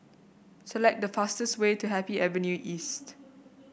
select the fastest way to Happy Avenue East